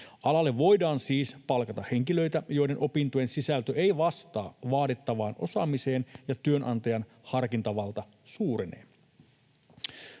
Alalle voidaan siis palkata henkilöitä, joiden opintojen sisältö ei vastaa vaadittavaan osaamiseen, ja työnantajan harkintavalta suurenee.